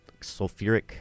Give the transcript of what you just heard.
sulfuric